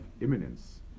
imminence